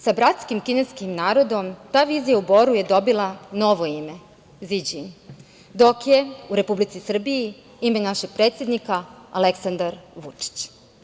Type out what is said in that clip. Sa bratskim kineskim narodom ta vizija u Boru je dobila novo ime Si Đin, dok je u Republici Srbiji ime našeg predsednika Aleksandar Vučić.